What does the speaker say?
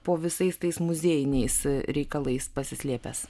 po visais tais muziejiniais reikalais pasislėpęs